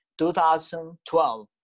2012